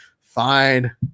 fine